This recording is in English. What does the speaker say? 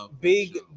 big